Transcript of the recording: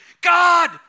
God